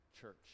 church